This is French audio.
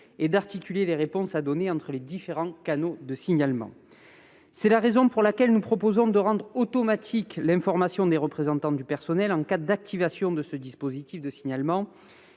et d'articuler les réponses à donner entre les différents canaux de signalement ». C'est la raison pour laquelle nous proposons de rendre automatique l'information des représentants du personnel en cas d'activation de ce dispositif de signalement.